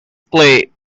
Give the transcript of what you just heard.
clay